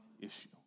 issue